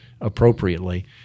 appropriately